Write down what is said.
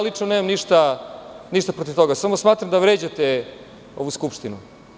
Lično nemam ništa protiv toga, samo smatram da vređate ovu Skupštinu.